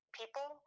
people